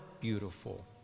beautiful